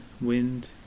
wind